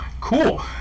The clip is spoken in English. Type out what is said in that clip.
Cool